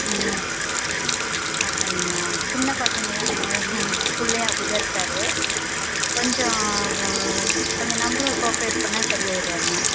ம் அப்படிங்களா சின்னப் பசங்கள் தானேங்க மேடம் ஸ்கூல்லேயும் அப்படிதான் இருக்கார் கொஞ்சம் கொஞ்சம் நம்மளும் கோவாப்ரேட் பண்ணால் சரியாகிருவாருங்க